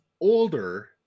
older